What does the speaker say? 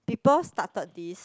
people started this